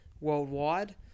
worldwide